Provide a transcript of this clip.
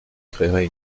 créerait